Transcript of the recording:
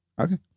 Okay